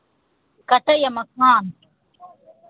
कटैए मखान